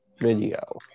video